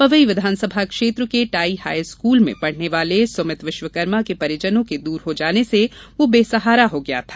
पवई विधानसभा क्षेत्र के टाँई हाई स्कूल में पढ़ने वाले सुमित विश्वकर्मा के परिजनों के दूर हो जाने से वो बेसहारा हो गया था